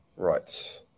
Right